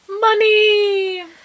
money